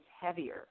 heavier